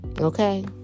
Okay